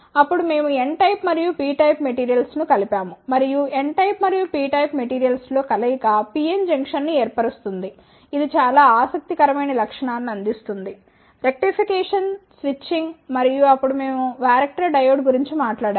అప్పుడు మేము N type మరియు P టైప్ మెటీరియల్స్ ను కలిపాము మరియు N టైప్ మరియు P టైప్ మెటీరియల్స్ ల కలయిక PN జంక్షన్ను ఏర్పరుస్తుంది ఇది చాలా ఆసక్తికరమైన లక్షణాన్ని అందిస్తుంది రెక్టిఫికేషన్ స్విచ్చింగ్ అప్పుడు మేము వరక్టర్ డయోడ్ గురించి మాట్లాడాము